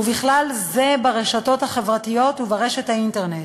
ובכלל זה ברשתות החברתיות וברשת האינטרנט.